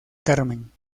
carmen